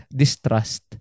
distrust